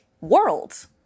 world